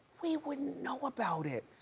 we wouldn't know about it.